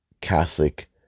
Catholic